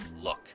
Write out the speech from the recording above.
look